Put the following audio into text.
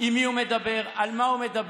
עם מי הוא מדבר, על מה הוא מדבר,